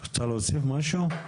את רוצה להוסיף משהו?